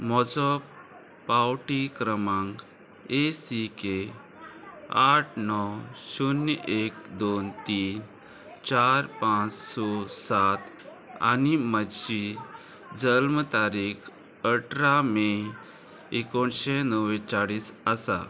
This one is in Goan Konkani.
म्हजो पावटी क्रमांक ए सी के आठ णव शुन्य एक दोन तीन चार पांच स सात आनी म्हजी जल्म तारीख अठरा मे एकोणशे णव्वेचाळीस आसा